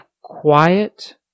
quiet